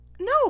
No